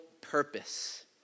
purpose